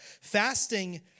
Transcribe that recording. Fasting